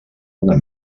una